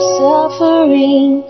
suffering